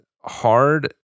hard